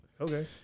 Okay